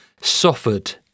suffered